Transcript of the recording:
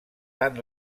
tant